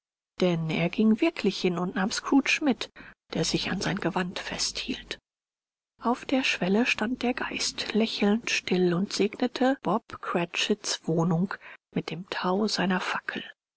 denn er ging wirklich hin und nahm scrooge mit der sich an sein gewand festhielt auf der schwelle stand der geist lächelnd still und segnete bob cratchits wohnung mit dem thau seiner fackel